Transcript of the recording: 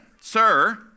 Sir